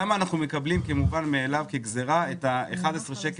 למה אנחנו מקבלים כגזירה את המס של 11 שקלים